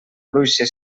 bruixa